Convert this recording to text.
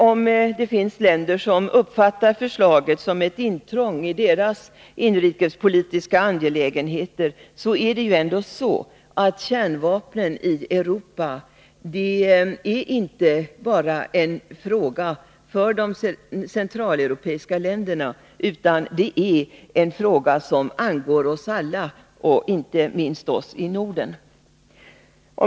Om det finns länder som uppfattar förslaget som ett intrång i deras inrikespolitiska angelägenheter, så är ändå kärnvapnen i Europa inte bara en fråga för de centraleuropeiska länderna utan en fråga som angår alla, och inte minst oss i Norden.